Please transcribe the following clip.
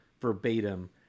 verbatim